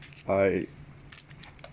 I